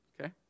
okay